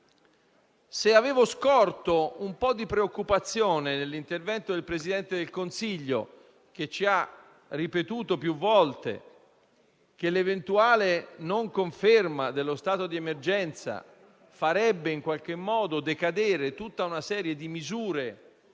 Avevo scorto un po' di preoccupazione nell'intervento del Presidente del Consiglio, che ci ha ripetuto più volte che l'eventuale non conferma dello stato di emergenza farebbe in qualche modo decadere tutta una serie di misure.